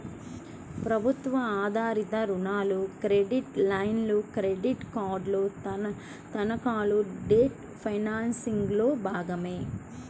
ప్రభుత్వ ఆధారిత రుణాలు, క్రెడిట్ లైన్లు, క్రెడిట్ కార్డులు, తనఖాలు డెట్ ఫైనాన్సింగ్లో భాగమే